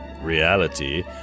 reality